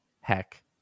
heck